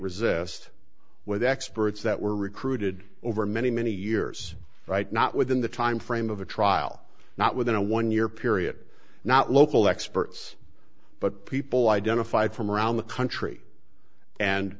resist with experts that were recruited over many many years right not within the timeframe of a trial not within a one year period not local experts but people identified from around the country and